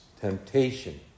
temptation